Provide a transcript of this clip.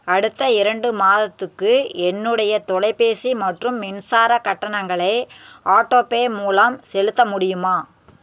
அடுத்த இரண்டு மாதத்துக்கு என்னுடைய தொலைபேசி மற்றும் மின்சார கட்டணங்களை ஆட்டோபே மூலம் செலுத்த முடியுமா